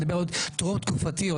אני מדבר טרום תקופתי,